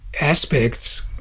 aspects